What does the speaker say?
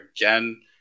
again